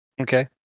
Okay